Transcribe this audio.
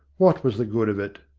what was the good of it?